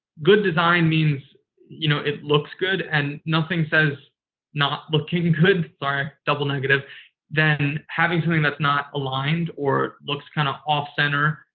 good design means you know it looks good, and nothing says not looking good sorry, double negative than having something that's not aligned or looks kind of off center.